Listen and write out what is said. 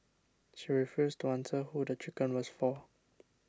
she refused to answer who the chicken was for